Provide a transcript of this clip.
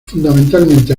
fundamentalmente